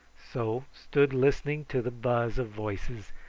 so stood listening to the buzz of voices,